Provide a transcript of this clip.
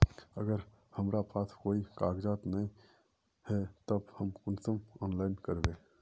अगर हमरा पास कोई कागजात नय है तब हम कुंसम ऑनलाइन करबे?